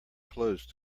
closed